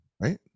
right